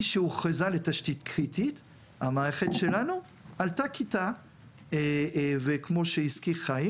משהוכרזה לתשתית קריטית המערכת שלנו עלתה כיתה וכמו שהזכיר חיים,